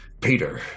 Peter